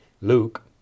Luke